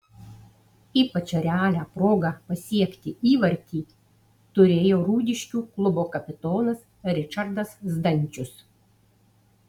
ypač realią progą pasiekti įvartį turėjo rūdiškių klubo kapitonas ričardas zdančius